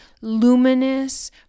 luminous